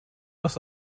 aus